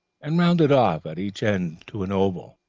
and rounded off at each end to an oval.